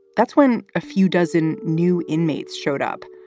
that's when a few dozen new inmates showed up.